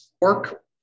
work